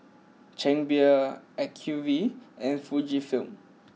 Chang Beer Acuvue and Fujifilm